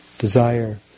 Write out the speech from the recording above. desire